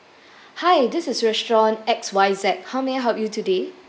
hi this is restaurant X Y Z how may I help you today